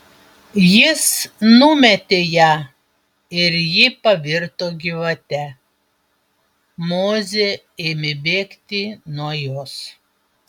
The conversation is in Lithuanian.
jis numetė ją ir ji pavirto gyvate mozė ėmė bėgti nuo jos